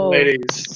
Ladies